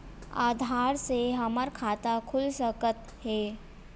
आधार से हमर खाता खुल सकत हे?